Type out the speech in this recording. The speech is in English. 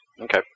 Okay